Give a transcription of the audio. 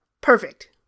Perfect